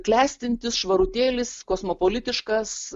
klestintis švarutėlis kosmopolitiškas